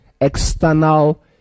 external